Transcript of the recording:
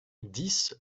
dix